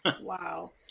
Wow